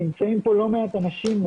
נמצאים כאן לא מעט אנשים,